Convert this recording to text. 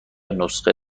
نسخه